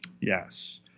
Yes